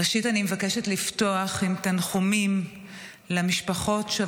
ראשית אני מבקשת לפתוח עם תנחומים למשפחות של